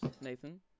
Nathan